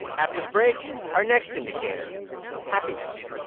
after the break, our next indicator happiness